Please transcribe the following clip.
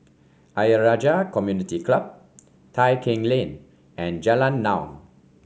Ayer Rajah Community Club Tai Keng Lane and Jalan Naung